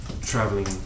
traveling